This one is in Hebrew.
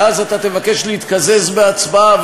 ואז אתה תבקש להתקזז בהצבעה,